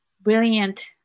brilliant